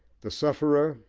the sufferer,